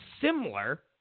similar